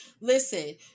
Listen